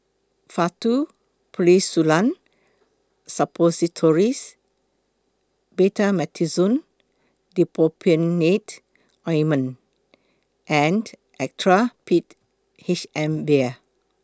Faktu Policresulen Suppositories Betamethasone Dipropionate Ointment and Actrapid H M Vial